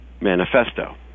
manifesto